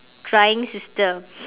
crying sister